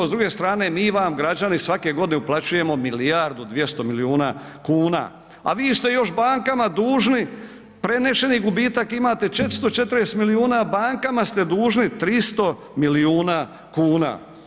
S druge strane mi vam građani svake godine uplaćujemo milijardu 200 milijuna kuna, a vi ste još bankama dužni prenešeni gubitak imate 440 milijuna, bankama ste dužni 300 milijuna kuna.